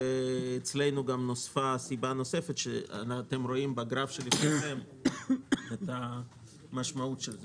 ואצלנו גם נוספה סיבה נוספת שאתם רואים בגרף שלפניכם את המשמעות שלה.